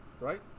right